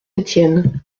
étienne